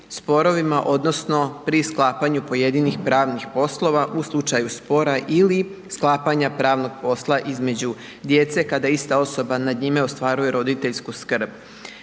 sporovima odnosno pri sklapanju pojedinih pravnih poslova u slučaju spora ili sklapanja pravnog posla između djece kada ista osoba nad njime ostvaruje roditeljsku skrb,